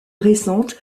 récente